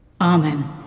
Amen